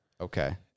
Okay